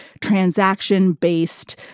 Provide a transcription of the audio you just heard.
transaction-based